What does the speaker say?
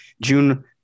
June